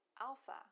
alpha